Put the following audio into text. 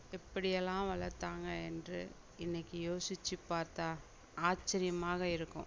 எப்படியெல்லாம் வளர்த்தாங்க என்று இன்னிக்கி யோசிச்சு பார்த்தால் ஆச்சரியமாக இருக்கும்